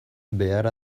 behar